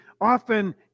often